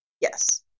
yes